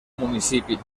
municipi